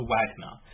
Wagner